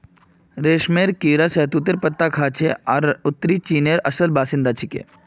रेशमेर कीड़ा शहतूतेर पत्ता खाछेक आर उत्तरी चीनेर असल बाशिंदा छिके